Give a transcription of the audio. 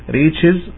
reaches